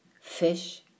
Fish